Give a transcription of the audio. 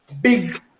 big